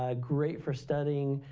ah great for studying,